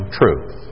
truth